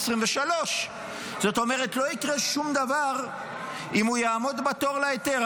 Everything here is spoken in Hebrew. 2023. זאת אומרת לא יקרה שום דבר אם הוא יעמוד בתור להיתר.